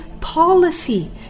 policy